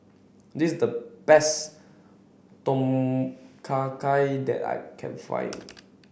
this is the best Tom Kha Gai that I can find